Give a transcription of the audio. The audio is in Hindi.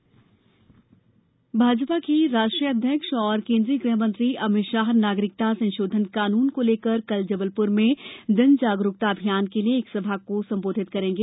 भाजपा सीएए भाजपा के राष्ट्रीय अध्यक्ष और केन्द्रीय गृहमंत्री अमित शाह नागरिकता संशोधन कानून को लेकर कल जबलपुर में जन जागरूकता अभियान के लिये एक सभा को संबोधित करेंगे